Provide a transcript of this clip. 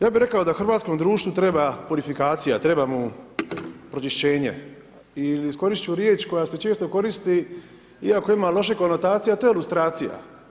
Ja bi rekao, da hrvatskom društvu treba modifikacija, treba mu pročišćenje i iskoristi ću riječ koja se često koristi iako ima loše konotacije, a to je ilustracija.